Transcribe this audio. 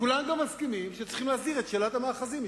כולם גם מסכימים שצריכים להסדיר את שאלת המאחזים.